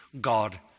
God